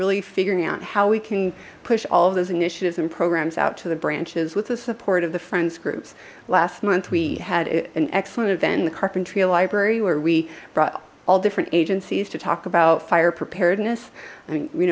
really figuring out how we can push all those initiatives and programs out to the branches with the support of the friends groups last month we had an excellent event in the carpentry library where we brought all different agencies to talk about fire preparedness and you